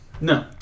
No